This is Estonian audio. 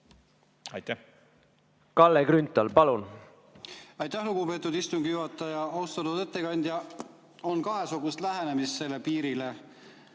palun! Kalle Grünthal, palun! Aitäh, lugupeetud istungi juhataja! Austatud ettekandja! On kahesugust lähenemist piirile